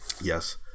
yes